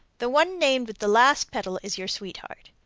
the one named with the last petal is your sweetheart.